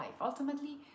Ultimately